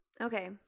Okay